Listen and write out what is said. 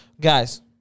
guys